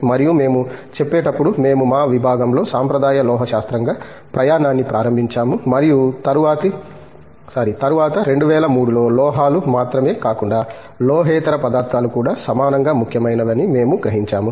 మరియు మేము చెప్పేటప్పుడు మేము మా విభాగంలో సాంప్రదాయ లోహశాస్త్రంగా ప్రయాణాన్ని ప్రారంభించాము మరియు తరువాత 2003 లో లోహాలు మాత్రమే కాకుండా లోహేతర పదార్థాలు కూడా సమానంగా ముఖ్యమైనవి అని మేము గ్రహించాము